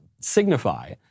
signify